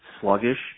sluggish